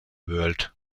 world